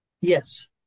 Yes